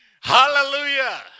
hallelujah